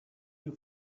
you